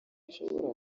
ishobora